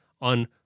on